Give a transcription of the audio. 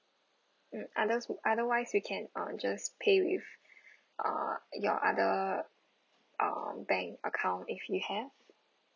mm others otherwise you can uh just pay with uh your other uh bank account if you have